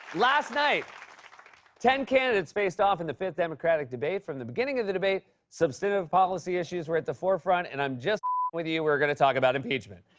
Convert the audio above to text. last night ten candidates faced off in the fifth democratic debate. from the beginning of the debate, substantive policy issues were at the forefront, and i'm just with you. we're gonna talk about impeachment.